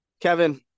Kevin